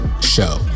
show